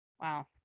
Wow